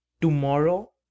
tomorrow